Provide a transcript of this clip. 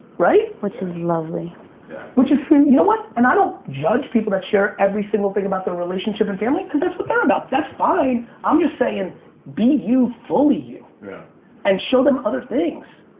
right, which is lovely which is you know? what and i don't judge people that share every single thing about the relationship and family because that's what they're about. that's fine i'm just saying be you fully you yeah and show them other things